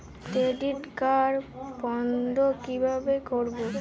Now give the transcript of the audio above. Credit card বন্ধ কিভাবে করবো?